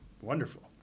Wonderful